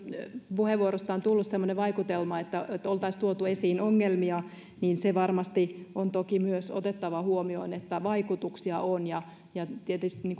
puheenvuorosta on tullut semmoinen vaikutelma että että olisi tuotu esiin ongelmia niin se varmasti on toki myös otettava huomioon että vaikutuksia on ja ja tietysti